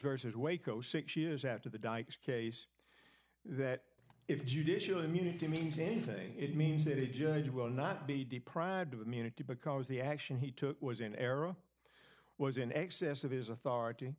versus waco six years after the dykes case that if judicial immunity means anything it means that a judge will not be deprived of immunity because the action he took was in error was in excess of his authority